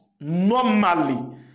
normally